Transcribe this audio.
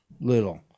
Little